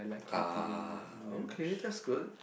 ah okay that's good